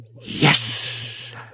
Yes